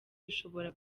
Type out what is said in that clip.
bishobora